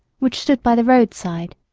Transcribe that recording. which stood by the roadside